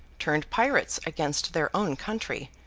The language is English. turned pirates against their own country,